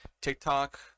TikTok